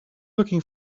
looking